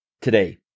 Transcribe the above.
today